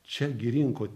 čia gi rinko